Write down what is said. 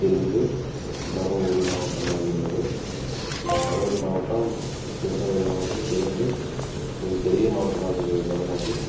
பிரிந்து தர்மபுரி மாவட்டமாக இருந்தது தர்மபுரி மாவட்டம் கிருஷ்ணகிரி மாவட்டம் சேர்ந்து மிகப்பெரிய மாவட்டமாக இருந்தது தமிழ்நாட்டில்